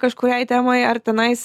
kažkuriai temai ar tenais